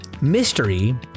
mystery